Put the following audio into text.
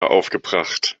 aufgebracht